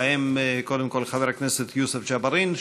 ובהם קודם כול חבר הכנסת יוסף ג'בארין.